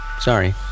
Sorry